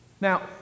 Now